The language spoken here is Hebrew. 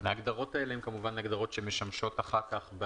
ההגדרות האלה הן כמובן הגדרות שמשמשות אחר כך,